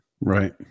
Right